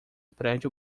prédio